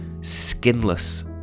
Skinless